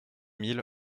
mille